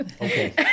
Okay